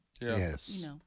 Yes